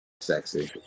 Sexy